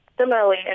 Similarly